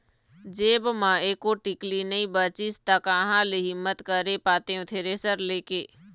जेब म एको टिकली नइ बचिस ता काँहा ले हिम्मत करे पातेंव थेरेसर ले के